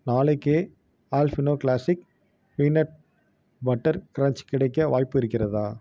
நாளைக்கே Alpino classic peanut butter crunch கிடைக்க வாய்ப்பு இருக்கிறதா